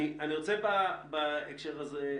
אני רוצה לומר כמה דברים: